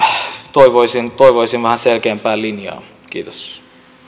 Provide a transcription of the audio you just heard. toivoisin toivoisin vähän selkeämpää linjaa kiitos